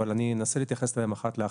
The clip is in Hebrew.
אבל אני אנסה להתייחס אליהן אחת לאחת.